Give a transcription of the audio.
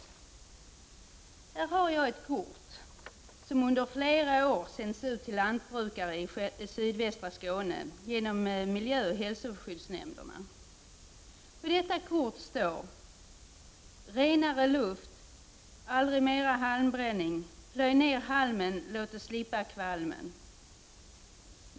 Jag har här i min hand ett kort som under flera år sänts ut till lantbrukare i sydvästra Skåne från miljöoch hälsoskyddsnämnderna. På detta kort står: Renare luft! Aldrig mera halmbränning! Plöj ner halmen — låt oss slippa kvalmen!